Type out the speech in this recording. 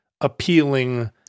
appealing